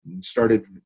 started